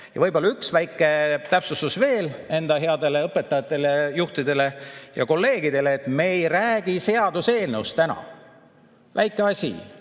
Ja võib-olla üks väike täpsustus veel enda headele õpetajatele, juhtidele ja kolleegidele: me ei räägi täna seaduseelnõust. [See on] väike asi,